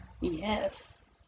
Yes